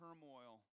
turmoil